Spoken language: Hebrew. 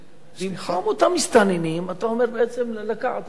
במקום אותם מסתננים, אתה אומר בעצם לקחת, לא.